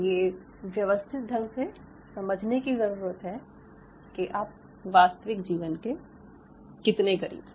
ये व्यवस्थित ढंग से समझने की ज़रूरत है कि आप वास्तविक जीवन के कितने करीब हैं